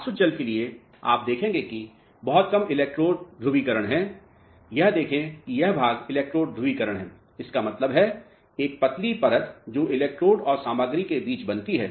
तोआसुत जल के लिए आप देखेंगे कि बहुत कम इलेक्ट्रोड ध्रुवीकरण है यह देखें कि यह भाग इलेक्ट्रोड ध्रुवीकरण है इसका मतलब है एक पतली परत जो इलेक्ट्रोड और पदार्थ के बीच बनती है